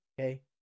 okay